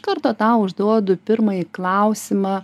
karto tau užduodu pirmąjį klausimą